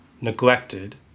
neglected